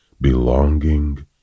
belonging